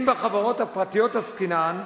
אם בחברות הפרטיות עסקינן,